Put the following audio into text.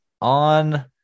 on